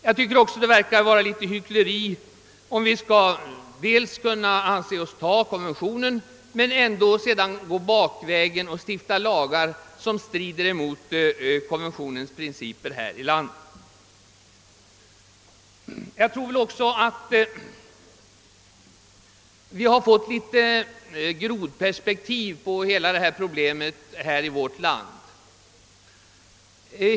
Det verkar också vara hyckleri, om vi dels anser oss kunna ta konventionen, dels går bakvägen och stiftar lagar i vårt land som strider mot konventionens princip. Jag tror också att vi här i landet har fått grodperspektiv på hela detta problem.